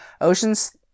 oceans